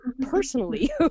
personally